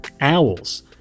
owls